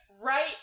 right